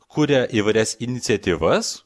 kuria įvairias iniciatyvas